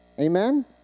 Amen